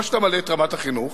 או שאתה מעלה את רמת החינוך,